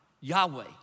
Yahweh